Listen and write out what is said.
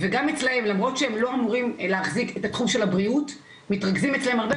והמשך עליות וירידות ואנחנו לא יודעים מתי זה ייגמר,